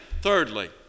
thirdly